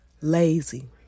Lazy